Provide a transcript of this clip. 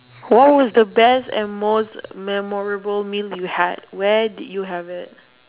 what was the best and most memorable meal you had where did you have it